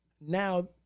now